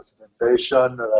documentation